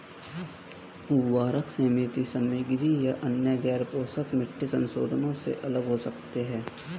उर्वरक सीमित सामग्री या अन्य गैरपोषक मिट्टी संशोधनों से अलग हो सकते हैं